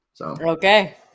Okay